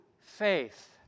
faith